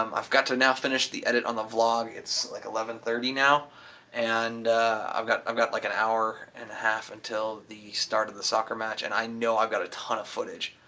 um i've got to now finish the edit on the vlog. it's like eleven thirty now and i've got i've got like an hour and a half until the start of the soccer match and i know i've got a ton of footage.